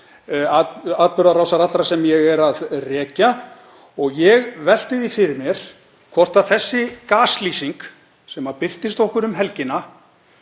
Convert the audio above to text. atburðarásar allrar sem ég er að rekja og ég velti því fyrir mér hvort þessi gaslýsing sem birtist okkur um helgina